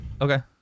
Okay